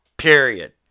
Period